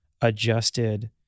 adjusted